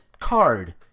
card